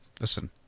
listen